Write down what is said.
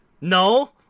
No